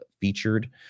featured